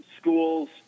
schools